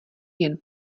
jen